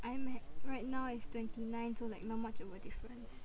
I'm at right now is twenty nine so like not much of a difference